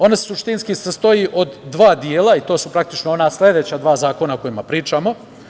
Oni se suštinskih sastoji od dva dela i to su ona sledeća dva zakona o kojima pričamo.